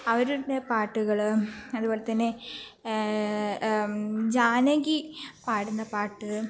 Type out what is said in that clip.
അവരുടെ പാട്ടുകൾ അതുപോലെ തന്നെ ജാനകി പാടുന്ന പാട്ട്